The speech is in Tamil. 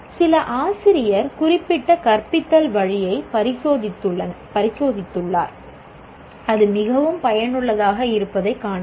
சில ஆசிரியர் குறிப்பிட்ட கற்பித்தல் வழியைப் பரிசோதித்துள்ளார் அது மிகவும் பயனுள்ளதாக இருப்பதைக் காண்போம்